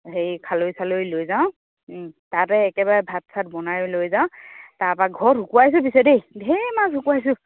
হেৰি খালৈ চালৈ লৈ যাওঁ তাতে একেবাৰে ভাত চাত বনাই লৈ যাওঁ তাৰাপা ঘৰত শুকুৱাইছোঁ পিছে দেই ঢেৰ মাছ শুকুৱাইছোঁ